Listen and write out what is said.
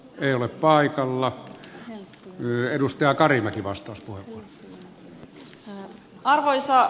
ei ole paikalla yö edustaa kari arvoisa puhemies